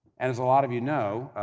and as a lot of you know,